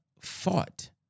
fought